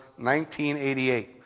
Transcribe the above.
1988